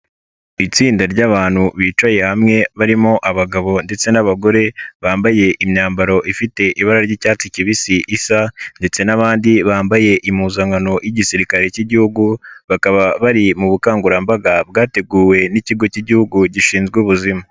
Itsinda ry'abantu bicaye hamwe barimo abagabo ndetse n'abagore bambaye imyambaro ifite ibara ry'icyatsi kibisi isa ndetse n'abandi bambaye impuzankano y'igisirikare k'Igihugu, bakaba bari mu bukangurambaga bwateguwe n'ikigo k'Igihugu gishinzwe ubuzima.